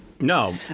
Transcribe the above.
No